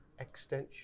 extension